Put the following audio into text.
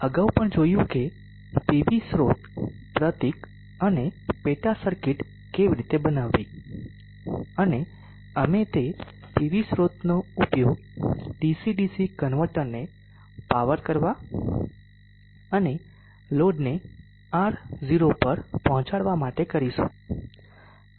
અગાઉ આપણે જોયું કે પીવી સ્રોત પ્રતીક અને પેટા સર્કિટ કેવી રીતે બનાવવી અને અમે તે પીવી સ્રોતનો ઉપયોગ ડીસી ડીસી કન્વર્ટરને પાવર કરવા અને લોડને R0 પર પહોંચાડવા માટે કરીશું